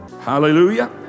Hallelujah